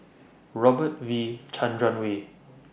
Robert V Chandran Way